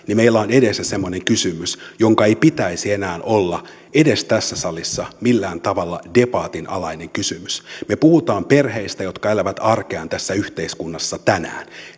meillä on edessä semmoinen kysymys jonka ei pitäisi enää olla edes tässä salissa millään tavalla debatin alainen kysymys me puhumme perheistä jotka elävät arkeaan tässä yhteiskunnassa tänään